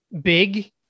big